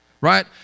Right